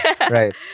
Right